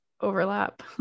overlap